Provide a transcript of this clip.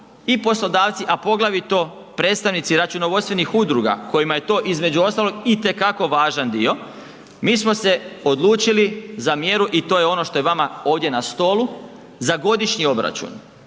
i poslodavci, a poglavito predstavnici računovodstvenih udruga kojima je to između ostalog itekako važan dio, mi smo se odlučili za mjeru i to je ono što je vama ovdje na stolu za godišnji obračun,